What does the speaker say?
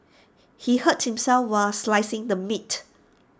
he hurt himself while slicing the meat